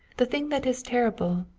the thing that is terrible,